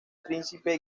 príncipe